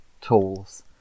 tools